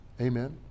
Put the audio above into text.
Amen